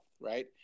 right